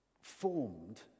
formed